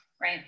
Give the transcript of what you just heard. right